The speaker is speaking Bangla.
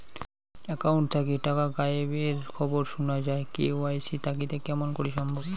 একাউন্ট থাকি টাকা গায়েব এর খবর সুনা যায় কে.ওয়াই.সি থাকিতে কেমন করি সম্ভব?